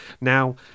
now